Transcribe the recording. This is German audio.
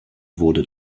wurde